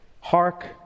Hark